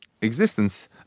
existence